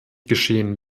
geschehen